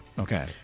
Okay